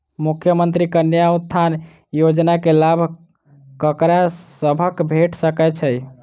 मुख्यमंत्री कन्या उत्थान योजना कऽ लाभ ककरा सभक भेट सकय छई?